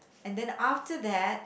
and then after that